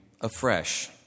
afresh